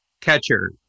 catcher